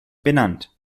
benannt